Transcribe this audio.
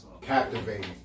captivating